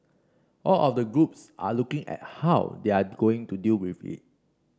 all of the groups are looking at how they are going to deal with it